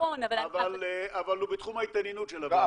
אבל הוא בתחום ההתעניינות של הוועדה.